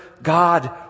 God